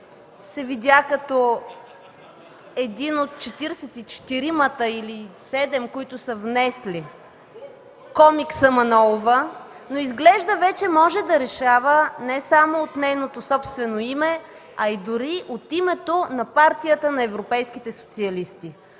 се видя като един от четиридесет и четиримата или и седем, които са внесли комикса Манолова, но изглежда вече може да решава не само от нейното собствено име, дори от името на Партията на европейските социалисти.